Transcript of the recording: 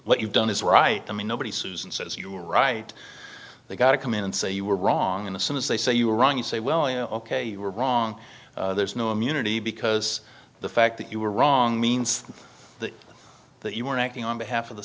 what you've done is right i mean nobody susan says you're right they got to come in and say you were wrong in a sense they say you were wrong you say well ok you were wrong there's no immunity because the fact that you were wrong means that you were acting on behalf of the